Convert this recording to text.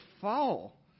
fall